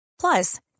Plus